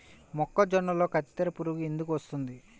మొక్కజొన్నలో కత్తెర పురుగు ఎందుకు వస్తుంది?